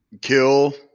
Kill